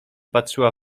patrzyła